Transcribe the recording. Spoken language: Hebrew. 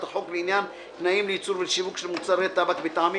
חוק הגבלת הפרסום והשיווק של מוצרי טבק (תיקון מס' 7),